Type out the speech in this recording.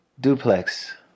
Duplex